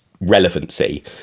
relevancy